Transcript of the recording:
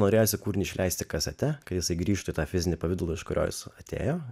norėjosi kūrinį išleisti kasete kai jisai grįžta į tą fizinį pavidalą iš kurio jis atėjo